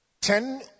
ten